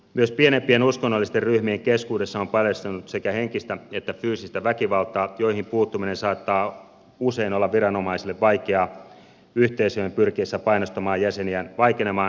myös pienem pien uskonnollisten ryhmien keskuudessa on paljastunut sekä henkistä että fyysistä väkivaltaa johon puuttuminen saattaa usein olla viranomaisille vaikeaa yhteisöjen pyrkiessä painostamaan jäseniään vaikenemaan hyväksikäyttötapauksista